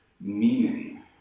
meaning